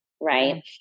right